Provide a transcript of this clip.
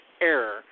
error